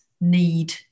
need